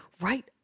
right